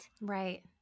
Right